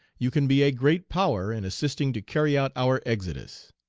you can be a great power in assisting to carry out our exodus.